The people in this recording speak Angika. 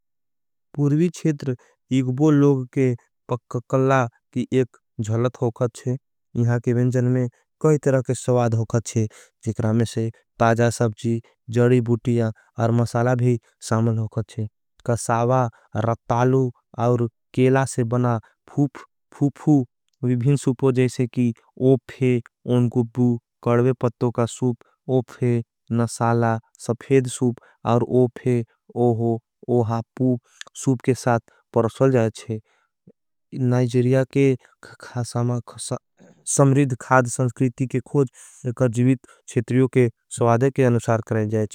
पुर्वी छेत्र एक बो लोग के पक्ककल्ला की एक जहलत। होगत है यहां के विजन में कई तरह के सवाद होगत है। जिक्रा में से ताजा सबजी जड़ी बूटिया और मसाला भी। सामल होगत है पुर्वी छेत्र एक बो लोग के। पक्ककलला की एक जहलत होगत है।